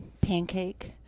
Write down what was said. Pancake